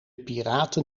piraten